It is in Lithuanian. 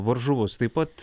varžovus taip pat